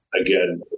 again